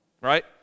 right